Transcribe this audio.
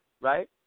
right